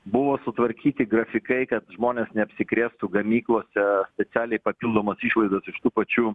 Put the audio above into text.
buvo sutvarkyti grafikai kad žmonės neapsikrėstų gamyklose specialiai papildomos išlaidos iš tų pačių